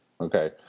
Okay